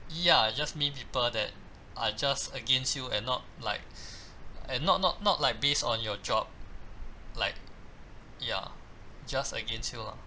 ya just mean people that are just against you and not like and not not not like based on your job like ya just against you lah